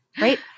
right